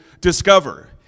discover